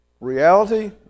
Reality